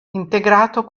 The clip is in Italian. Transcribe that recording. integrato